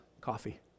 coffee